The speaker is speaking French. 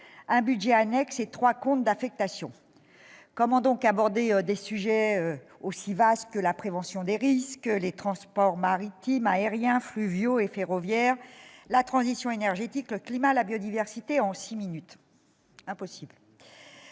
un budget annexe et trois comptes d'affectation spéciale. Comment aborder des sujets aussi vastes que la prévention des risques, les transports maritimes, aériens, fluviaux et ferroviaires, la transition énergétique, le climat, la biodiversité en six minutes ? C'est impossible